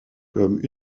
comme